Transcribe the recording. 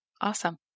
Awesome